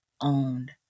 owned